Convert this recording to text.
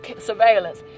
surveillance